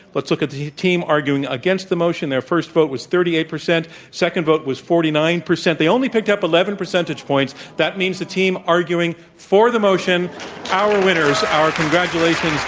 let's look at the team arguing against the motion. their first vote was thirty eight percent. second vote was forty nine percent. they only picked up eleven percentage points. that means the team arguing for the motion our winners. our congratulations